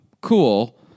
Cool